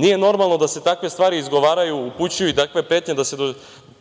Nije normalno da se takve stvari izgovaraju, upućuju i